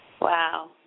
Wow